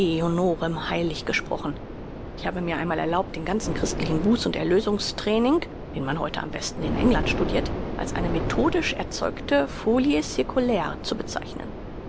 heilig gesprochen ich habe mir einmal erlaubt den ganzen christlichen buß und erlösungstraining den man heute am besten in england studirt als eine methodisch erzeugte folie circulaire zu bezeichnen